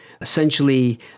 essentially